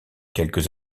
quelques